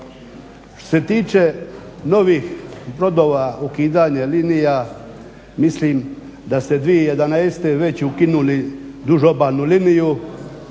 Što se tiče novih brodova, ukidanje linija mislim da ste 2011. već ukinuli duž obalnu liniju,